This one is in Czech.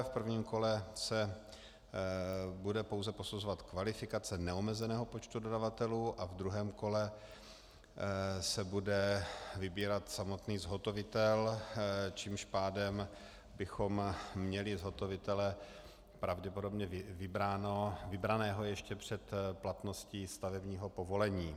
V prvním kole se bude pouze posuzovat kvalifikace neomezeného počtu dodavatelů a v druhém kole se bude vybírat samotný zhotovitel, tím pádem bychom měli zhotovitele pravděpodobně vybraného ještě před platností stavebního povolení.